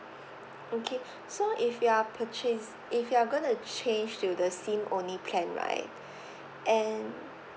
okay so if you are purcha~ if you are going to change to the SIM only plan right and